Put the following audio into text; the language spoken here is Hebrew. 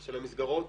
של המסגרות,